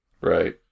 right